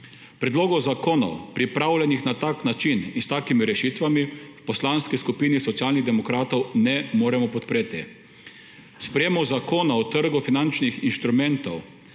Predlogov zakonov, pripravljenih na tak način in s takimi rešitvami, v Poslanski skupini Socialnih demokratov ne moremo podpreti. Sprejetju Zakona o trgu finančnih instrumentov,